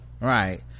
right